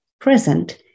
present